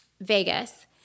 Vegas